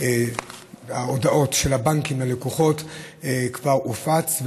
ההודעות של הבנקים ללקוחות כבר הופץ,